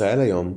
ישראל היום,